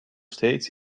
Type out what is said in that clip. steeds